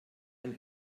ein